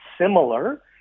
similar